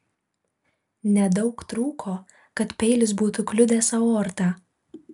nedaug trūko kad peilis būtų kliudęs aortą